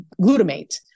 glutamate